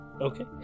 Okay